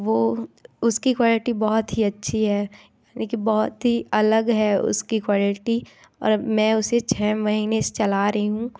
वह उसकी क्वालिटी बहुत ही अच्छी है लेकिन बहुत ही अलग है उसकी क्वालिटी और मैं उसे छ महीने से चला रही हूँ